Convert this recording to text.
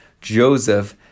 Joseph